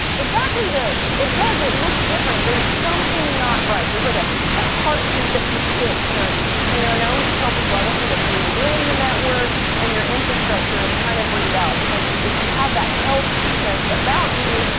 exactly though. it does, it looks different. there's something not right. there's like a ah heartbeat that just skips. yeah. you know and i always tell people i want you to breathe in the network and your infrastructure, and kind of breathe out. because if you have that health sense about you,